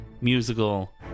musical